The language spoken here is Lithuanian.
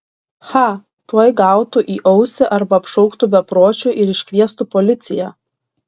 cha tuoj gautų į ausį arba apšauktų bepročiu ir iškviestų policiją